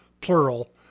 plural